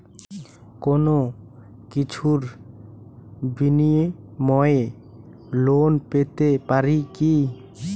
কোনো কিছুর বিনিময়ে লোন পেতে পারি কি?